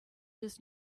does